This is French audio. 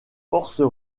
forces